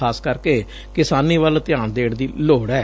ਖਾਸ ਕਰਕੇ ਕਿਸਾਨੀ ਵੱਲ ਧਿਆਨ ਦੇਣ ਦੀ ਲੋੜ ਐ